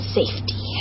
safety